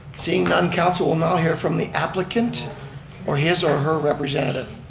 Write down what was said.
seeing none, council now hear from the applicant or his or her representative.